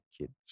kids